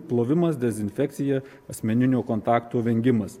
plovimas dezinfekcija asmeninio kontakto vengimas